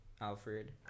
Alfred